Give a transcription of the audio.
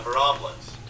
omelets